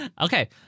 okay